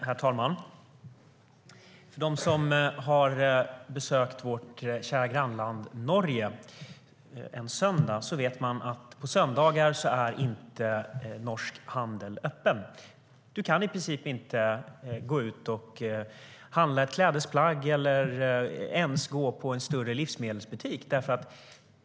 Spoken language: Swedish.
Herr talman! Den som har besökt vårt kära grannland Norge en söndag vet att norsk handel inte är öppen då. Man kan i princip inte gå ut och handla ett klädesplagg eller ens gå på en större livsmedelsbutik.